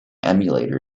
emulator